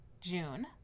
June